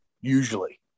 usually